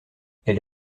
elle